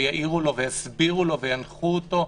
ויעירו לו, ויסבירו לו, וינחו אותו,